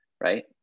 right